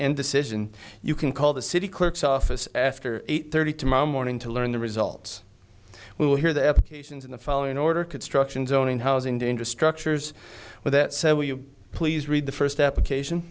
and decision you can call the city clerk's office after eight thirty tomorrow morning to learn the results we will hear the applications in the following order construction zone and housing data structures with it so will you please read the first application